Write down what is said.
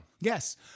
Yes